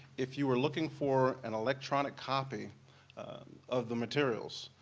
if you were looking for an electronic copy of the materials,